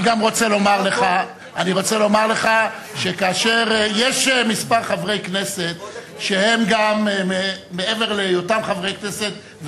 אני רוצה לומר לך שיש כמה חברי כנסת שמעבר להיותם חברי כנסת,